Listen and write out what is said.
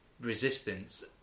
resistance